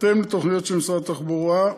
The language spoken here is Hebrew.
בהתאם לתוכניות של משרד התחבורה,